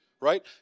right